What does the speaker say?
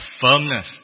firmness